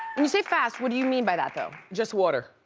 and you say fast, what do you mean by that though? just water.